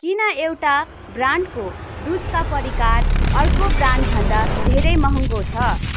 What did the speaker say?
किन एउटा ब्रान्डको दुधका परिकार अर्को ब्रान्डभन्दा धेरै महँगो छ